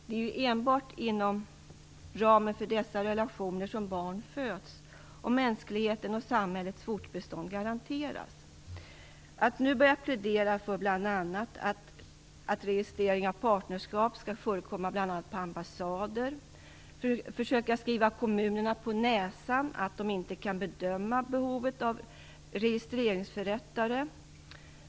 Det är enbart inom ramen för dessa relationer som barn föds och mänsklighetens och samhällets fortbestånd garanteras. Nu börjar man här plädera för att registrering av partnerskap skall förekomma bl.a. på ambassader, och man försöker skriva kommunerna på näsan att de inte kan bedöma behovet av registreringsförrättare.